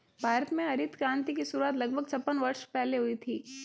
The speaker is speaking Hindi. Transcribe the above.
भारत में हरित क्रांति की शुरुआत लगभग छप्पन वर्ष पहले हुई थी